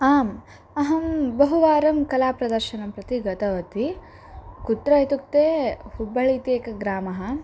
आम् अहं बहुवारं कलाप्रदर्शनं प्रति गतवती कुत्र इत्युक्ते हुब्बळ्ळि इति एकग्रामः